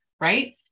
right